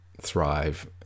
thrive